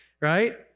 right